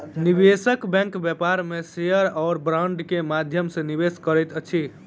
निवेशक बैंक व्यापार में शेयर आ बांड के माध्यम सॅ निवेश करैत अछि